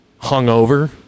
hungover